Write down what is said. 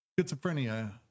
Schizophrenia